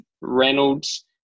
Reynolds